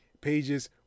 pages